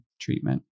treatment